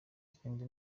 kindi